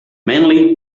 manly